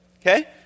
okay